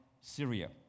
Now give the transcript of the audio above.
Syria